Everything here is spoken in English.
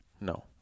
No